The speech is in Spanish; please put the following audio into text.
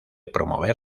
promover